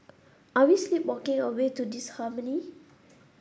are we sleepwalking our way to disharmony